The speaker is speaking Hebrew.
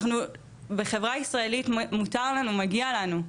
אנחנו בחברה ישראלית, מותר לנו, מגיע לנו.